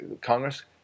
Congress